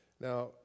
Now